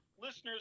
listeners